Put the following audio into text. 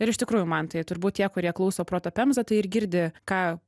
ir iš tikrųjų mantai turbūt tie kurie klauso proto pemza tai ir girdi ką